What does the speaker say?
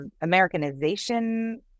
Americanization